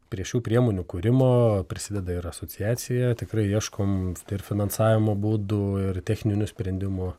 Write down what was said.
prie šių priemonių kūrimo prisideda ir asociacija tikrai ieškom ir finansavimo būdų ir techninių sprendimų